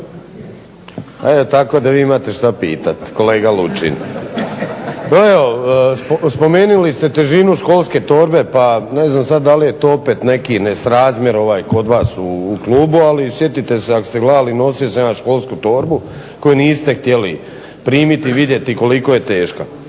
Tako da vi imate šta pitat, kolega Lučin. Spomenuli ste težinu školske torbe, pa ne znam sad da li je to opet neki nesrazmjer ovaj kod vas u klubu, ali sjetite se ako ste gledali, nosio sam ja školsku torbu koju niste htjeli primiti i vidjeti koliko je teška.